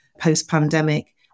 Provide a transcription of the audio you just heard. post-pandemic